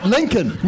Lincoln